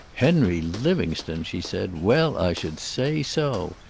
henry livingstone! she said. well, i should say so.